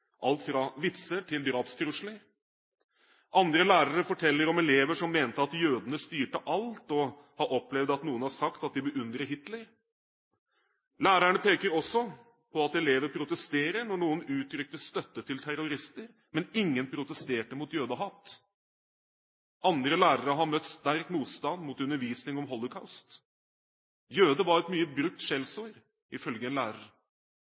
alt fra vitser til drapstrusler. Andre lærere forteller om elever som mener at jødene styrte alt, og har opplevd at noen har sagt at de beundrer Hitler. Lærerne peker også på at elever protesterer når noen uttrykker støtte til terrorister, men at ingen protesterer mot jødehat. Andre lærere har møtt sterk motstand mot undervisning om Holocaust. «Jøde» var et mye brukt skjellsord, ifølge en lærer.